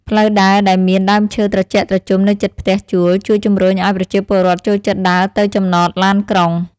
ផ្លូវដើរដែលមានដើមឈើត្រជាក់ត្រជុំនៅជិតផ្ទះជួលជួយជម្រុញឱ្យប្រជាពលរដ្ឋចូលចិត្តដើរទៅចំណតឡានក្រុង។